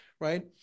right